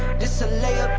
display